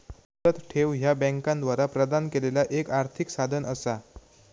मुदत ठेव ह्या बँकांद्वारा प्रदान केलेला एक आर्थिक साधन असा